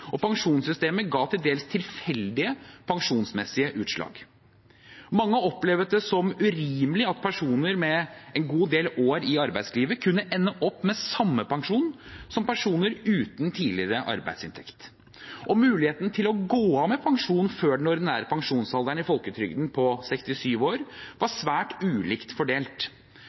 og pensjonssystemet ga til dels tilfeldige pensjonsmessige utslag. Mange opplevde det som urimelig at personer med en god del år i arbeidslivet kunne ende opp med samme pensjon som personer uten tidligere arbeidsinntekt. Muligheten til å gå av med pensjon før den ordinære pensjonsalderen i folketrygden, på 67 år, var svært ulikt fordelt.